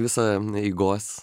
visą eigos